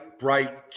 bright